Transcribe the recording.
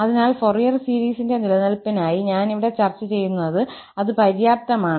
അതിനാൽ ഫൊറിയർ സീരീസിന്റെ നിലനിൽപ്പിനായി ഞാൻ ഇവിടെ ചർച്ച ചെയ്യുന്നത് അത് പര്യാപ്തമാണ്